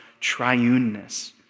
triuneness